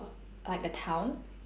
like the town